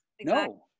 No